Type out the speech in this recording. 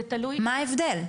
מה ההבדל?